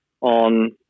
on